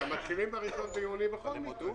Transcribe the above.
תודה.